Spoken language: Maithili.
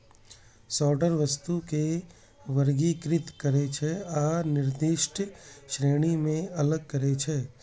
सॉर्टर वस्तु कें वर्गीकृत करै छै आ निर्दिष्ट श्रेणी मे अलग करै छै